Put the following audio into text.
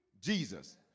Jesus